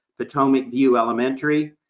potomac view elementary,